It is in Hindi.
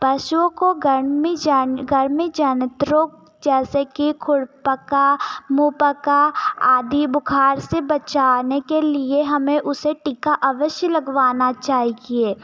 पशुओं को गर्मी जा गर्मी जनित रोग जैसे की खुरपक्का मूपक्का आदि बुखार से बचाने के लिए हमे उसे टीका अवश्य लगवाना चाहिए